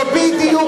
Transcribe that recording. זה בדיוק